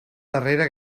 darrera